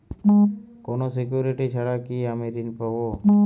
কোনো সিকুরিটি ছাড়া কি আমি ঋণ পাবো?